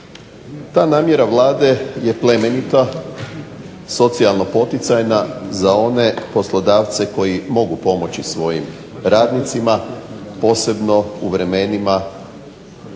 Ta namjera Vlade je plemenita, socijalno poticajna za one poslodavce koji mogu pomoći svojim radnicima posebno u vremenima